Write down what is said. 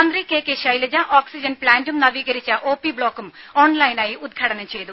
മന്ത്രികെ K Shailaja oxygen പ്ലാന്റും നവീകരിച്ച O P ബ്ലോക്കും ഓൺലൈനായി ഉദ്ഘാടനം ചെയ്തു